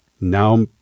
now